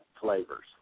flavors